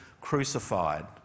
crucified